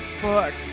fuck